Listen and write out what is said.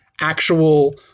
actual